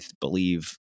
believe